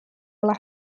ole